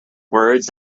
words